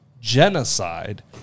genocide